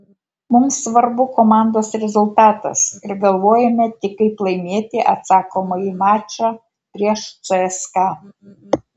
mums svarbu komandos rezultatas ir galvojame tik kaip laimėti atsakomąjį mačą prieš cska